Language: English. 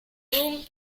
room